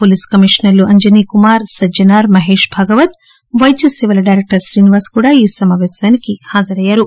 police కమీషనర్లు అంజనీ కుమార్ సజ్జనార్ మహేష్ భగవత్ పైద్య సేవల డైరెక్టర్ శ్రేనివాస్ కూడా ఆ సమావేశానికి హాజరయ్యారు